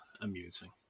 amusing